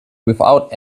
without